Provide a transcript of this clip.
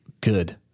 good